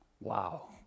wow